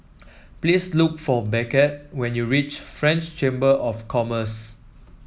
please look for Beckett when you reach French Chamber of Commerce